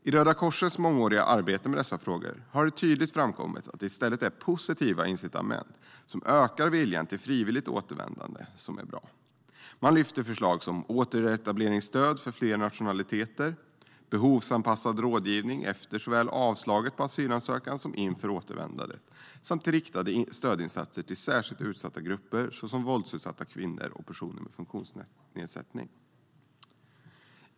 I Röda Korsets mångåriga arbete med dessa frågor har det tydligt framkommit att det i stället är positiva incitament som ökar viljan till frivilligt återvändande. Man lyfter fram förslag som återetableringsstöd för fler nationaliteter, behovsanpassad rådgivning efter såväl avslag på asylansökan som inför återvändande samt riktade stödinsatser till särskilt utsatta grupper, såsom våldsutsatta kvinnor och personer med funktionsnedsättning.